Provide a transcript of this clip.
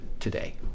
Today